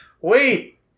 Wait